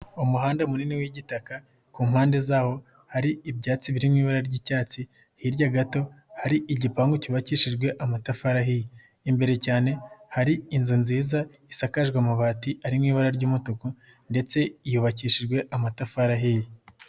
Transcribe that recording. Umuhanda munini w'igitaka ku mpande zawo hari ibyatsi biri mu ibara ry'icyatsi, hirya gato hari igipangu cyubakishijwe amatafari ahiye, imbere cyane hari inzu nziza isakajwe amabati arimo ibara ry'umutuku ndetse yubakishijwe amatafari ahiye.